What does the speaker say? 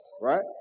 right